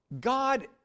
God